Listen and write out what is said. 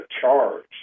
charge